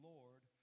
Lord